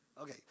Okay